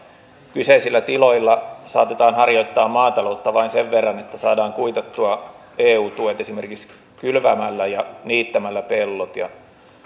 kyseisillä tiloilla saatetaan harjoittaa maataloutta vain sen verran että saadaan kuitattua eu tuet esimerkiksi kylvämällä ja niittämällä pellot ja